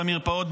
במרפאות,